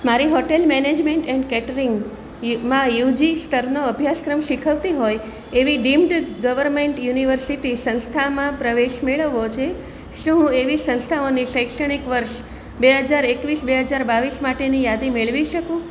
મારે hotel management and catering UG સ્તરનો અભ્યાસક્રમ શીખવતી હોય એવી ડીમ્ડ ગવર્મેન્ટ યુનિવર્સિટી સંસ્થામાં પ્રવેશ મેળવવો છે શું હું એવી સંસ્થાઓની શૈક્ષણિક વર્ષ બે હજાર એકવીસ બે હજાર બાવીસ માટેની યાદી મેળવી શકું